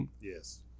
Yes